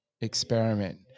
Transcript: experiment